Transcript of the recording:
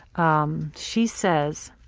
um she says,